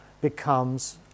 becomes